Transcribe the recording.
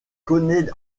connaît